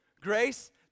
Grace